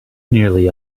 nearly